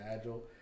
agile